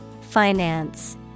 Finance